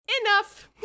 enough